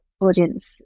audience